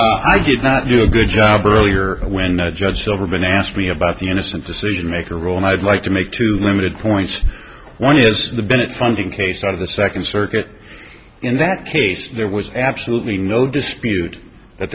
strippers i did not do a good job earlier when the judge ever been asked me about the innocent decision maker role and i'd like to make two limited points one is in the bennett funding case out of the second circuit in that case there was absolutely no dispute that